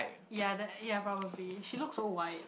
ya that ya probably she looks so white